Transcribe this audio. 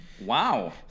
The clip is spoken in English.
Wow